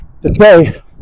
today